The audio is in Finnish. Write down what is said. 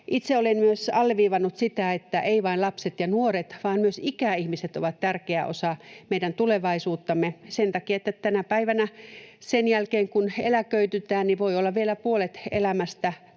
Itse olen myös alleviivannut sitä, että eivät vain lapset ja nuoret vaan myös ikäihmiset ovat tärkeä osa meidän tulevaisuuttamme sen takia, että tänä päivänä sen jälkeen, kun eläköidytään, voi olla vielä puolet elämästä,